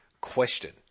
question